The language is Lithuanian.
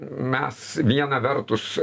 mes viena vertus